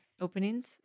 openings